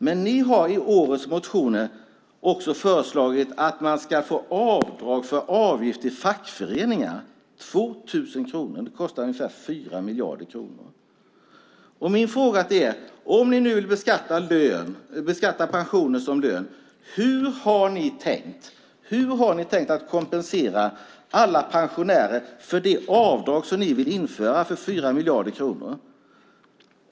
Men ni har i årets motioner också föreslagit att man ska få göra ett avdrag på 2 000 kronor för avgift till fackföreningar. Det kostar ungefär 4 miljarder kronor. Min fråga till er är: Om ni nu vill beskatta pension som lön, hur har ni tänkt kompensera alla pensionärer för detta avdrag som ni vill införa för 4 miljarder kronor?